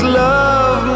love